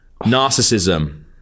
narcissism